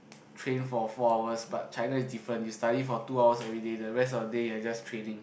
train for four hours but China is different you study for two hours everyday the rest of the day you're just training